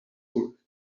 vroeger